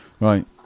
Right